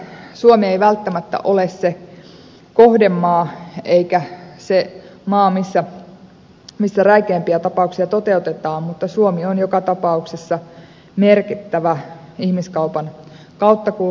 suomi ei välttämättä ole se kohdemaa eikä se maa missä räikeimpiä tapauksia toteutetaan mutta suomi on joka tapauksessa merkittävä ihmiskaupan kauttakulkumaa